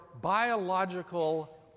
biological